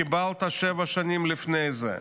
קיבלת שבע שנים לפני זה,